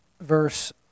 verse